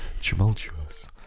tumultuous